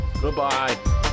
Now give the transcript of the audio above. Goodbye